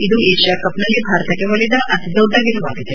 ಇದು ಏಷ್ಯಾಕಪ್ ನಲ್ಲಿ ಭಾರತಕ್ಕೆ ಒಲಿದ ಅತಿದೊಡ್ಡ ಗೆಲುವಾಗಿದೆ